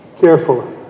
carefully